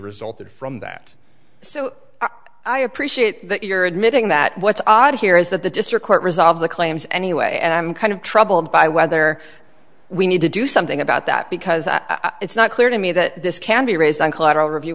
resulted from that so i appreciate that you're admitting that what's odd here is that the district court resolves the claims anyway and i'm kind of troubled by whether we need to do something about that because it's not clear to me that this can be raised on collateral review